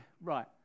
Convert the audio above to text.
Right